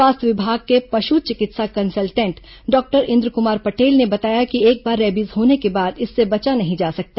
स्वास्थ्य विभाग के पशु चिकित्सा कंसल्टेंट डॉक्टर इंद्रकुमार पटेल ने बताया कि एक बार रेबीज होने के बाद इससे बचा नहीं जा सकता